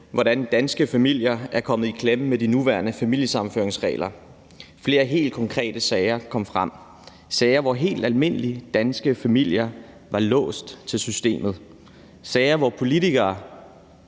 hvordan danske familier er kommet i klemme med de nuværende familiesammenføringsregler. Flere helt konkrete sager kom frem. Det var sager, hvor helt almindelige danske familier var låst til systemet. Det var sager, hvor politikere